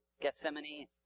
Gethsemane